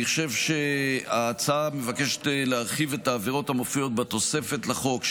אני חושב שההצעה שמבקשת להרחיב את העבירות המופיעות בתוספת לחוק,